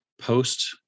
post